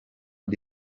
iri